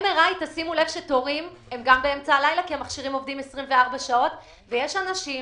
יש ב-MRI תורים גם באמצע הלילה כי המכשירים עובדים 24 שעות ויש אנשים